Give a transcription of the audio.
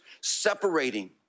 separating